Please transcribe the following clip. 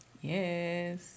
yes